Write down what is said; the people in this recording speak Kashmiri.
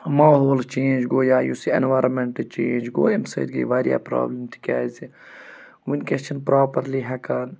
ماحول چینٛج گوٚو یا یُس یہِ ایٚنوارمیٚنٹ چینٛج گوٚو اَمہِ سۭتۍ گٔے واریاہ پرٛابلِم تِکیٛازِ وُنٛکیٚس چھِنہٕ پرٛاپَرلی ہیٚکان